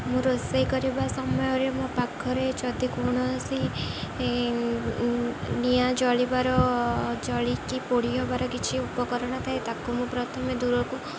ମୁଁ ରୋଷେଇ କରିବା ସମୟରେ ମୋ ପାଖରେ ଯଦି କୌଣସି ନିଆଁ ଜଳିବାର ଜଳିକି ପୋଡ଼ି ହବାର କିଛି ଉପକରଣ ଥାଏ ତାକୁ ମୁଁ ପ୍ରଥମେ ଦୂରକୁ